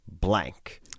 blank